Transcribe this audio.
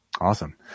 Awesome